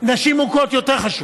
נשים מוכות יותר חשובות.